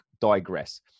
digress